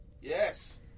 Yes